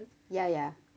ya ya